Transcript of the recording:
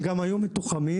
הם גם היו מתוחמים.